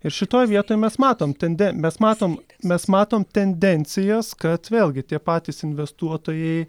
ir šitoj vietoj mes matom tende mes matom mes matom tendencijas kad vėlgi tie patys investuotojai